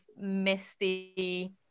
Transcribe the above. misty